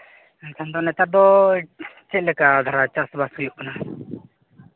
ᱮᱱᱠᱷᱟᱱ ᱫᱚ ᱱᱮᱛᱟᱨ ᱫᱚ ᱪᱮᱫ ᱞᱮᱠᱟ ᱫᱷᱟᱨᱟ ᱪᱟᱥᱵᱟᱥ ᱦᱩᱭᱩᱜ ᱠᱟᱱᱟ